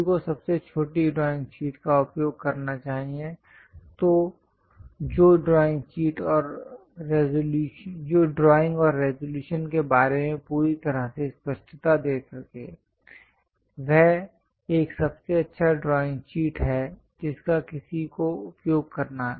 किसी को सबसे छोटी ड्राइंग शीट का उपयोग करना चाहिए जो ड्राइंग और रिज़ॉल्यूशन के बारे में पूरी तरह से स्पष्टता दे सके वह एक सबसे अच्छा ड्राइंग शीट है जिसका किसी को उपयोग करना है